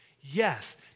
Yes